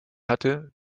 hatte